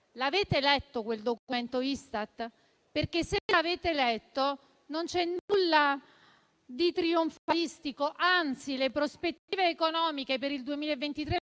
l'avete letto, quel documento Istat? Perché non c'è nulla di trionfalistico; anzi, le prospettive economiche per il 2023